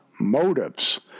motives